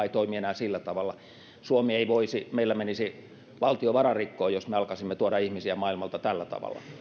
ei toimi enää sillä tavalla meillä menisi valtio vararikkoon jos me alkaisimme tuoda ihmisiä maailmalta tällä tavalla